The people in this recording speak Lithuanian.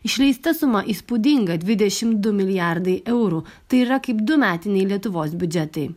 išleista suma įspūdinga dvidešimt du milijardai eurų tai yra kaip du metiniai lietuvos biudžetai